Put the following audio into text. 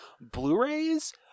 Blu-rays